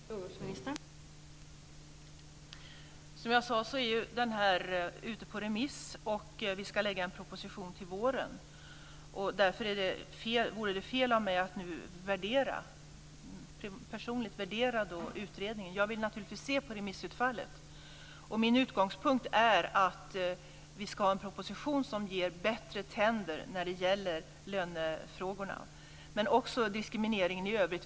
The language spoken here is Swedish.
Fru talman! Som jag sade är utredningen ute på remiss. Vi ska lägga fram en proposition till våren. Därför vore det fel av mig att nu personligt värdera utredningen. Jag vill naturligtvis se på remissutfallet. Min utgångspunkt är att vi ska ha en proposition som ger bättre "tänder" när det gäller lönefrågorna men också diskrimineringen i övrigt.